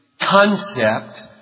concept